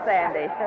Sandy